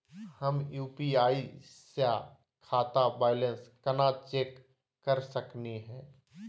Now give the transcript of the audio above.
हम यू.पी.आई स खाता बैलेंस कना चेक कर सकनी हे?